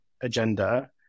agenda